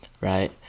right